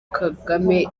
kagame